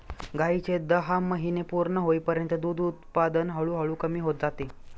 गायीचे दहा महिने पूर्ण होईपर्यंत दूध उत्पादन हळूहळू कमी होत जाते